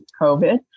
COVID